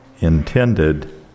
intended